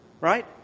right